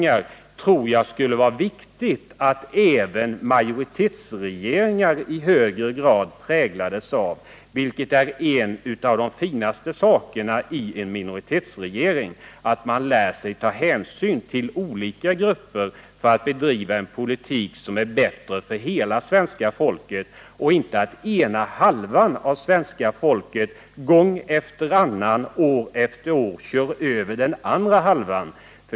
Jag tror att det är viktigt att även majoritetsregeringar i högre grad präglas av denna form av öppenhet för samförståndslösningar. En av de finaste sakerna i en minoritetsregering är att man lär sig ta hänsyn till olika grupper för att bedriva en politik som är bra för hela svenska folket — i stället för att ena halvan av svenska folket gång efter annan år efter år skall köra över den andra halvan.